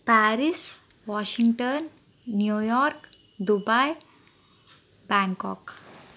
Paris Washington New York Dubai Bangkok